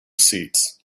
seats